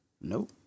Nope